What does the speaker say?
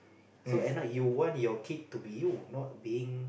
so at night you want your kid to be you not being